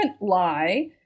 Lie